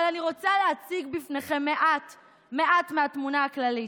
אבל אני רוצה להציג בפניכם מעט מהתמונה הכללית.